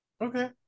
Okay